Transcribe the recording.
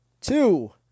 Two